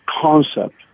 concept